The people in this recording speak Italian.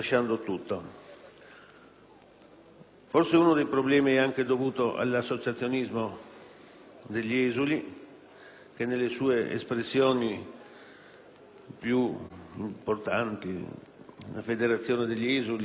Forse uno dei problemi è anche dovuto all'associazionismo degli esuli che, nelle sue espressioni più importanti (la Federazione degli esuli, l'Unione degli Istriani,